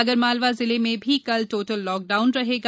आंगरमालवा जिले में कल टोटल लॉकडाउन रहेगा